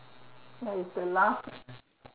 ya it's the last